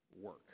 work